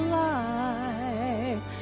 life